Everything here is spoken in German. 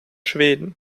schweden